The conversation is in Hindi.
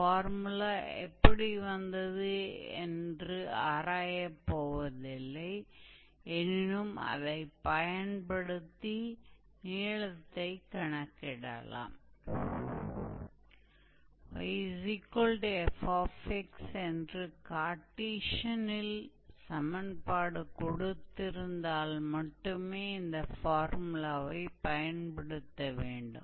हमने अभी पढ़ा कि समीकरण को हमेशा कार्टेशियन को ऑर्डिनेट सिस्टम में नहीं दिया जाता है उन्हें पैरामीट्रिक कार्टेशियन या पोलर को ऑर्डिनेट सिस्टम में भी दिया जा सकता है तब हम आर्क की लंबाई की गणना कैसे करेंगे